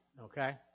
okay